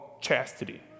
chastity